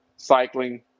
cycling